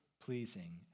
pleasing